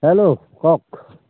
hello কওক